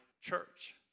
church